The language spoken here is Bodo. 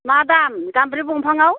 मा दाम गामब्रारि दंफाङाव